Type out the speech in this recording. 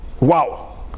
wow